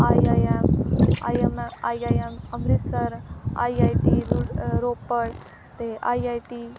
I I M I M I I M Amritsar I I T ਰੁ ਰੋਪੜ ਅਤੇ I I T